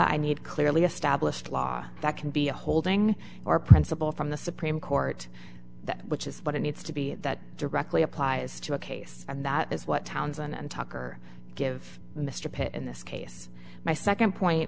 i need clearly established law that can be a holding or principle from the supreme court which is what it needs to be that directly applies to a case and that is what townsend and tucker give mr pitt in this case my second point